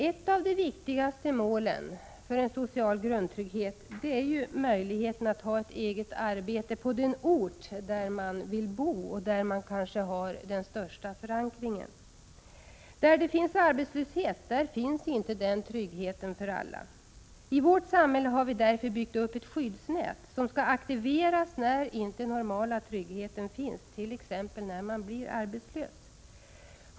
Ett av de viktigaste målen för en social grundtrygghet är möjligheten att ha ett eget arbete på den ort där man vill bo och där man kanske har den största förankringen. Där det finns arbetslöshet finns inte den tryggheten för alla. I vårt samhälle har vi därför byggt upp ett skyddsnät som skall aktiveras när inte den normala tryggheten finns, t.ex. när man blir arbetslös.